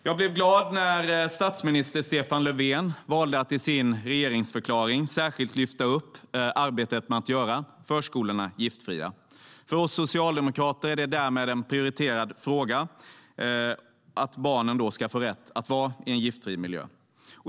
Jag blev glad när statsminister Stefan Löfven valde att i sin regeringsförklaring särskilt lyfta upp arbetet med att göra förskolorna giftfria. För oss socialdemokrater är det därmed en prioriterad fråga att barnen ska få rätt att vara i en giftfri miljö.